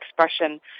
expression